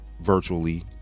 virtually